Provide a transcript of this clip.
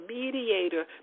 mediator